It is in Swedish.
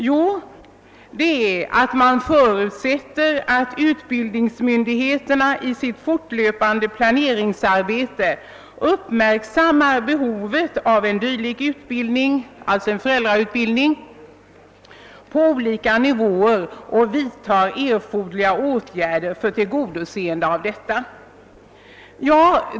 Jo, man förutsätter att utbildningsmyndigheterna i sitt fortlöpande planeringsarbete uppmärksammar behovet av en föräldrautbildning på olika nivåer och vidtar erforderliga åtgärder för tillgodoseende av detta behov.